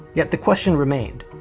yet the question remained,